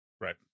Right